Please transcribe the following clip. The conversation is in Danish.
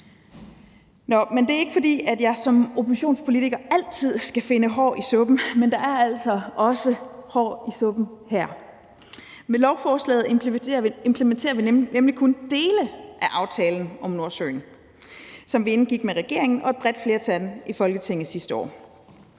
Det er ikke, fordi jeg som oppositionspolitiker altid skal finde hår i suppen, men der er altså også hår i suppen her. Med lovforslaget implementerer vi nemlig kun dele af aftalen om Nordsøen, som vi indgik med regeringen og et bredt flertal i Folketinget sidste år.